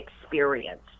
experience